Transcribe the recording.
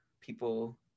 people